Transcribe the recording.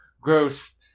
gross